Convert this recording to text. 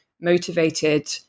motivated